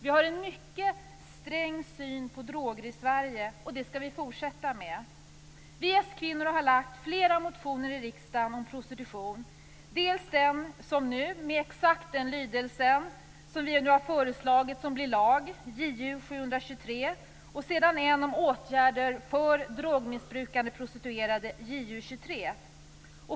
Vi har en mycket sträng syn på droger i Sverige, och det skall vi fortsätta att ha. Vi s-kvinnor har väckt flera motioner i riksdagen om prostitution, dels en motion, Ju723, som har exakt samma lydelse som den nya lagen, dels en motion om åtgärder för drogmissbrukande prostituerade, Ju23.